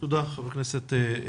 תודה ח"כ טייב.